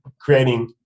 creating